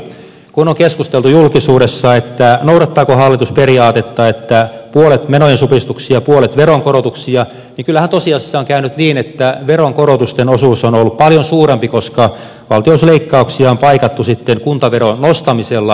kun julkisuudessa on keskusteltu noudattaako hallitus periaatetta että tehdään puolet menojen supistuksia ja puolet veronkorotuksia niin kyllähän tosiasiassa on käynyt niin että veronkorotusten osuus on ollut paljon suurempi koska valtionosuusleikkauksia on paikattu sitten kuntaveron nostamisella